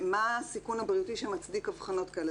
מה הסיכון הבריאותי שמצדיק הבחנות כאלה.